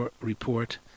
report